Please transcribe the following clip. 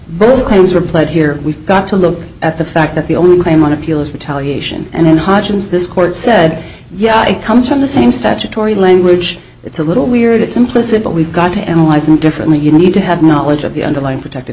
both games are played here we've got to look at the fact that the only claim on appeal is retaliation and hodgins this court said yeah it comes from the same statutory language it's a little weird it's implicit but we've got to analyze it differently you need to have knowledge of the underlying protected